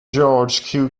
george